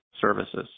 services